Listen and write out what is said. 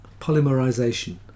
polymerization